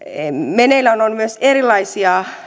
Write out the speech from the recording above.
meneillään on erilaisia